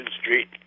Street